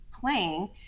playing